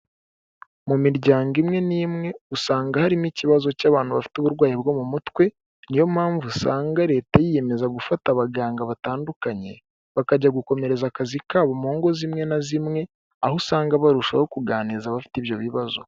Mu miryango imwe n'imwe usanga harimo ikibazo cy'abantu bafite uburwayi bwo mu mutwe, niyo mpamvu usanga leta yiyemeza gufata abaganga batandukanye, bakajya gukomereza akazi kabo mu ngo zimwe na zimwe, aho usanga barushaho kuganiriza abafite ibyo bibazo.